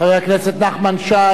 חבר הכנסת נחמן שי,